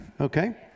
okay